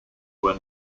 were